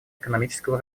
экономического